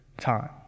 time